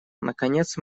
наконец